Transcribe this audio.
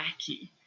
wacky